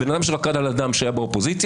הבן אדם שרקד על הדם כשהיה באופוזיציה,